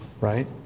right